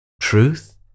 truth